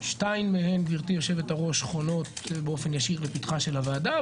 שתיים מהן גברתי יושבת הראש חונות באופן ישיר בפתחה של הוועדה,